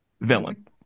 Villain